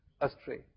Astray